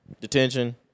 detention